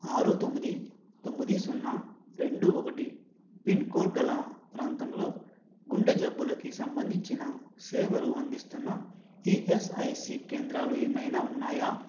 ఆరు తొమ్మిది తొమ్మిది సున్నా రెండు ఒకటి పిన్కోడ్ గల ప్రాంతంలో గుండె జబ్బులకి సంబంధించిన సేవలు అందిస్తున్న ఈఎస్ఐసి కేంద్రాలు ఏమైనా ఉన్నాయా